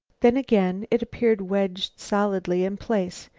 then, again, it appeared wedged solidly in place.